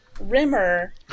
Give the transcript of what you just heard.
Rimmer